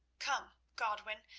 come, godwin,